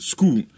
School